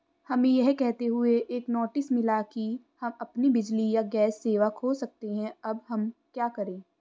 हमें यह कहते हुए एक नोटिस मिला कि हम अपनी बिजली या गैस सेवा खो सकते हैं अब हम क्या करें?